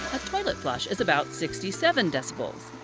a toilet flush is about sixty seven decibels.